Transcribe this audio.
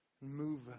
Move